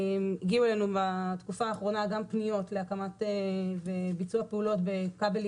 הגיעו אלינו בתקופה האחרונה גם פניות להקמה וביצוע פעולות בכבלים